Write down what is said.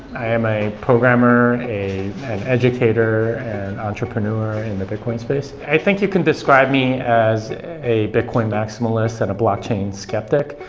i am a programmer, an educator, an entrepreneur in the bitcoin space. i think you can describe me as a bitcoin maximalist and a blockchain skeptic.